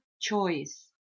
choice